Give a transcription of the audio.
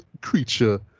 creature